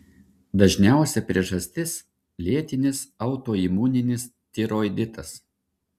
dažniausia priežastis lėtinis autoimuninis tiroiditas